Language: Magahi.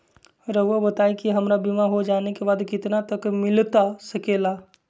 रहुआ बताइए कि हमारा बीमा हो जाने के बाद कितना तक मिलता सके ला?